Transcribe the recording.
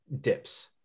dips